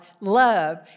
love